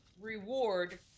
reward